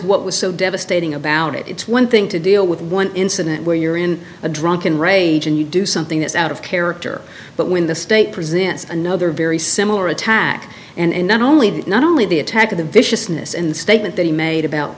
what was so devastating about it it's one thing to deal with one incident where you're in a drunken rage and you do something that's out of character but when the state presents another very similar attack and not only that not only the attack of the viciousness in the statement that he made about